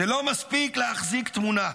זה לא מספיק להחזיק תמונה.